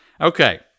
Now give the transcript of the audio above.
Okay